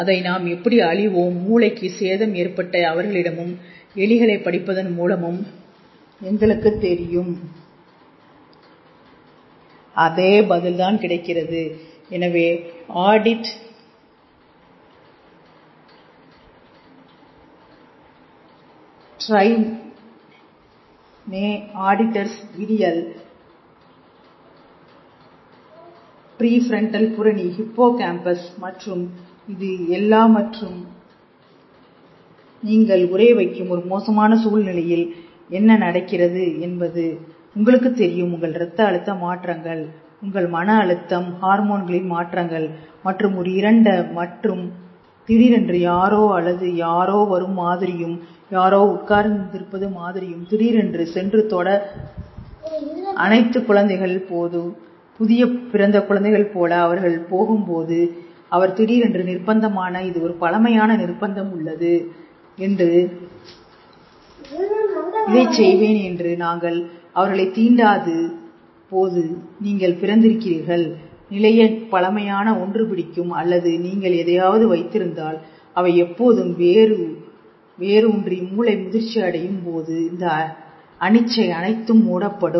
அதை நாம் எப்படி அழிவோம் மூளைக்கு சேதம் ஏற்பட்ட அவர்களிடமும் எலிகளை படிப்பதன் மூலமும் எங்களுக்கு தெரியும் அதே பதில் தான் கிடைக்கிறது எனவே ஆடிட் ட்ரைநே ஆடிட்டர்ஸ் விடியல் பிரெப்ரண்டல் புரணி ஹிப்போகேம்பஸ் மற்றும் இது எல்லா மற்றும் நீங்கள் உறைய வைக்கும் ஒரு மோசமான சூழ்நிலையில் என்ன நடக்கிறது என்பது உங்களுக்கு தெரியும் உங்கள் இரத்த அழுத்த மாற்றங்கள் உங்கள் மன அழுத்த ஹார்மோன்களின் மாற்றங்கள் மற்றும் ஒரு இருண்ட மற்றும் திடீரென்று யாரோ அல்லது யாரோ வரும் மாதிரியும் யாரோ உட்கார்ந்திருப்பது மாதிரியும் திடீரென்று சென்று தொட அனைத்து குழந்தைகள் போது புதிய பிறந்த குழந்தைகள் போல அவர்கள் போகும்போது அவள் திடீரென்று நிர்ப்பந்தமான இது ஒரு பழைமையான நிர்ப்பந்தம் உள்ளது என்று இதைச் செய்வேன் என்று நாங்கள் அவர்களைத் தீண்டாது தீண்டாத போது நீங்கள் பிறந்திருக்கிறீர்கள் நிலைய பழமையான ஒன்று பிடிக்கும் அல்லது நீங்கள் எதையாவது வைத்தால் அவை எப்போதும் வேறு வேரூன்றி மூளை முதிர்ச்சி அடையும் போது இந்த அனிச்சை அனைத்தும் மூடப்படும்